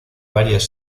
varias